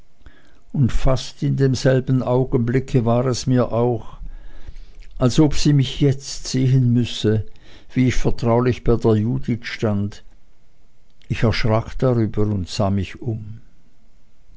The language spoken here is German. und fast in demselben augenblicke war es mir auch als ob sie mich jetzt sehen müsse wie ich vertraulich bei der judith stand ich erschrak darüber und sah mich um